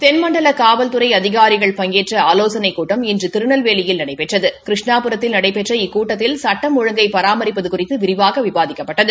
தென்மண்டல காவல்துறை அதிகாரிகள் பங்கேற்ற ஆலோசனைக் கூட்டம் இன்று திருநெல்வேலியில் நடைபெற்றது கிருஷ்ணாபுரத்தில் நடைபெற்ற இக்கூட்டத்தில் சுட்டம் ஒழுங்கை பராமரிப்பது குறித்து விரிவாக விவாதிக்கப்பட்டது